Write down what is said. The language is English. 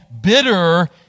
bitter